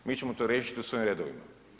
Mi ćemo to riješiti u svojim redovima.